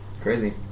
Crazy